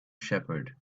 shepherd